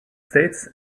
states